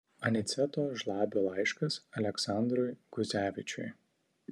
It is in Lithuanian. aniceto žlabio laiškas aleksandrui guzevičiui